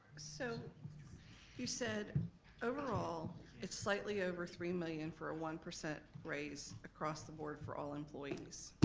so you said overall it's slightly over three million for a one percent raise across the board for all employees.